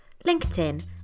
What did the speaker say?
LinkedIn